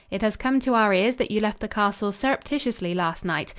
it has come to our ears that you left the castle surreptitiously last night.